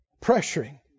Pressuring